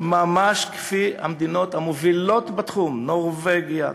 ממש של המדינות המובילות בתחום: נורבגיה,